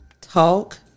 talk